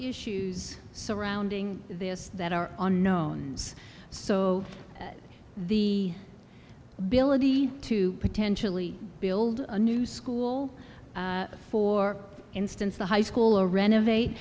issues surrounding this that are unknown so the ability to potentially build a new school for instance the high school or renovate